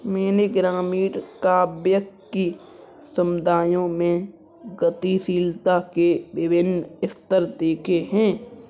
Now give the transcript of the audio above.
मैंने ग्रामीण काव्य कि समुदायों में गतिशीलता के विभिन्न स्तर देखे हैं